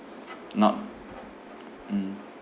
not mm